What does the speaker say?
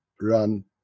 run